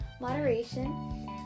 moderation